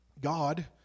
God